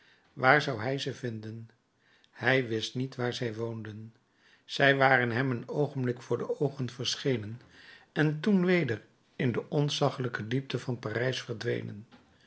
waar zou hij ze vinden hij wist niet waar zij woonden zij waren hem een oogenblik voor de oogen verschenen en toen weder in de ontzaggelijke diepte van parijs verdwenen